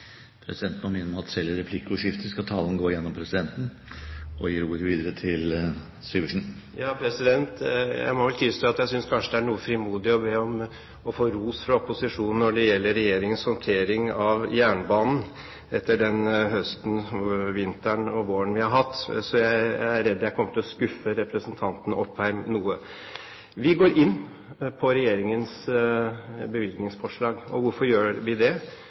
Presidenten må minne om at selv i replikkordskiftet skal all tale gå via presidenten. Jeg må vel tilstå at jeg synes det kanskje er noe frimodig å be om ros fra opposisjonen når det gjelder regjeringens håndtering av jernbanen etter den høsten, vinteren og våren vi har hatt, så jeg er redd jeg kommer til å skuffe representanten Opheim noe. Vi går inn på regjeringens bevilgningsforslag. Hvorfor gjør vi det?